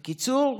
בקיצור,